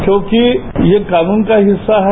क्योंकि यह कानून का हिस्सा है